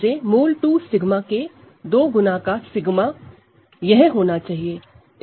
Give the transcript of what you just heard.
इसे दोगुना होना चाहिए